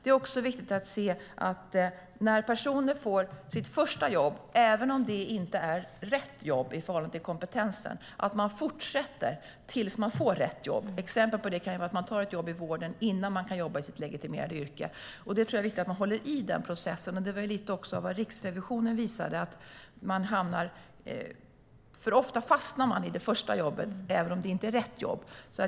När en person får sitt första jobb, även om det inte är rätt jobb i förhållande till kompetensen, är det viktigt att man fortsätter tills man får rätt jobb. Ett exempel på det kan vara att man tar ett jobb i vården innan man kan jobba i det yrke där man är legitimerad. Jag tror att det är viktigt att hålla i den processen. Det var också lite av vad Riksrevisionen visade. Ofta fastnar man i det första jobbet, även om det inte är rätt jobb.